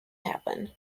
happen